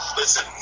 listen